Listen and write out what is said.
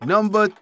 Number